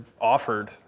offered